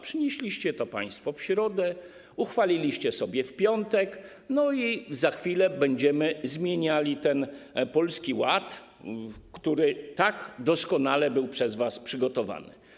Przynieśliście to państwo w środę, uchwaliliście sobie w piątek i za chwilę będziemy zmieniali ten Polski Ład, który tak doskonale był przez was przygotowany.